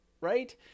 right